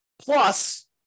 Plus